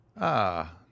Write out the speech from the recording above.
Ah